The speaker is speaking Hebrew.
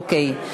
אוקיי.